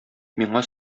миңа